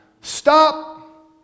Stop